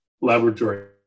laboratory